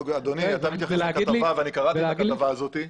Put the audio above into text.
אדוני, אני קראתי את הכתבה הזאת.